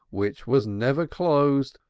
which was never closed,